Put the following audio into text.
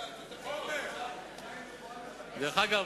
דרך אגב,